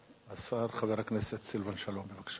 השר וחבר הכנסת סילבן שלום,